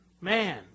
Man